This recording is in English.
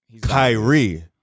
Kyrie